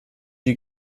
you